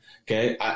Okay